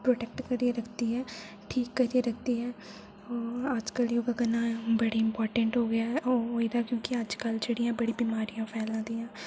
protect करियै रखदी ऐ ठीक करियै रखदी ऐ होर अज्ज कल योगा करना बड़ा इम्पोर्टेंट हो गेआ ऐ होर अज्जकल जेह्ड़ियां बड़ियां बमारियां फैला दियां